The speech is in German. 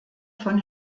von